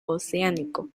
oceánico